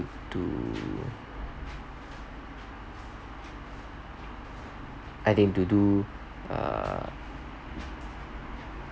to I think to do uh